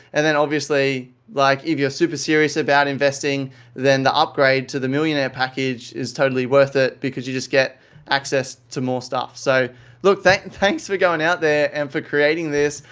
and then, obviously, like if you're super serious about investing then, the upgrade to the millionaire package is totally worth it because you just get access to more stuff. so look, and thanks for going out there and for creating this.